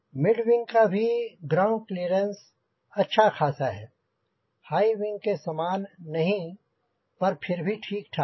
mid wing का भी ground clearance अच्छा खासा है हाईविंग के समान नहीं फिर भी ठीक ठाक है